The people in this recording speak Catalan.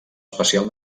especial